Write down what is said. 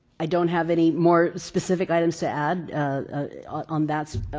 i don't have any more specific items to add on that.